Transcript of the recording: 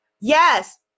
Yes